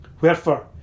Wherefore